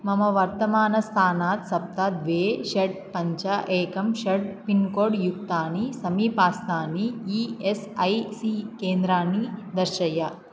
मम वर्तमानस्थानात् सप्त द्वे षड् पञ्च एकं षड् पिन्कोड् युक्तानि समीपस्थानि ई एस् ऐ सी केन्द्राणि दर्शय